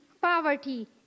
poverty